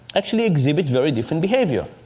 actually exhibit very different behavior.